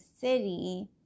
city